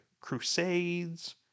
crusades